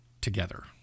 together